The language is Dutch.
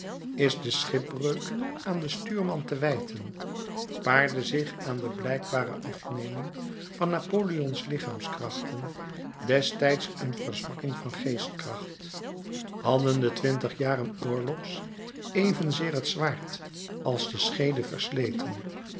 is de schipbreuk aan den stuurman te wijten paarde zich aan de blijkbare afneming van napoleon's lichaamskrachten destijds een verzwakking van geestkracht hadden de twintig jaren oorlogs evenzeer het zwaard als de scheede versleten